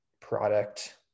product